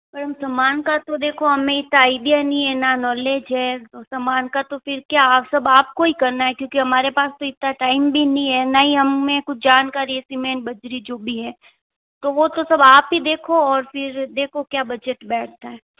पर सामान का तो देखो हमें इतना आईडिया नहीं है न नोलेज है सामान का फिर क्या आप सब आपको ही करना है क्योंकि हमारे पास तो इतना टाइम भी नहीं है न ही हमें कुछ जानकारी सीमेंट बजरी जो भी है तो वो तो सब आप ही देखो और फिर देखो क्या बजट बैठता है